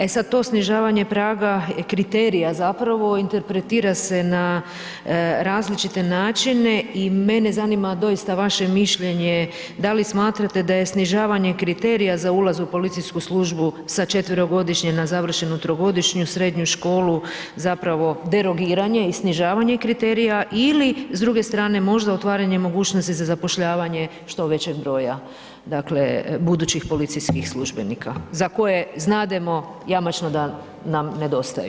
E sad to snižavanje praga, kriterija zapravo, interpretira se na različite načine, i mene zanima doista vaše mišljenje da li smatrate da je snižavanje kriterija za ulaz u policijsku službu sa četverogodišnje na završenu trogodišnju srednju školu zapravo derogiranje i snižavanje kriterija, ili s druge strane možda otvaranje mogućnosti za zapošljavanje što većeg broja dakle, budućih policijskih službenika za koje znademo jamačno da nam nedostaju?